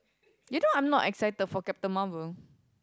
you know I'm not excited for Captain Marvel